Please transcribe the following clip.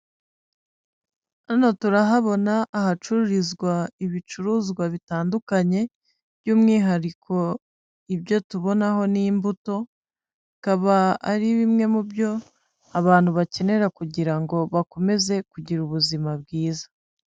Hano turahabona ahacururizwa ibicuruzwa bitandukanye by'umwihariko ibyo tubonaho ni imbuto bikaba ari bimwe mu byo abantu bakenera kugira ngo bakomeze kugira ubuzima bwiza.